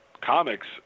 comics